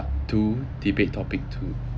two debate topic two